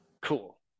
Cool